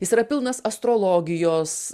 jis yra pilnas astrologijos